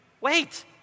Wait